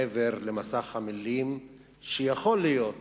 מעבר למסך המלים שיכול להיות